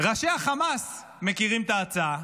ראשי חמאס מכירים את ההצעה,